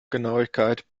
genauigkeit